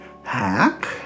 Hack